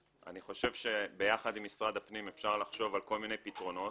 אני חושב שביחד עם משרד הפנים אפשר לחשוב על כל מיני פתרונות.